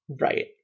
right